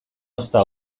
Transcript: ozta